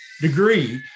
degree